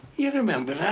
you remember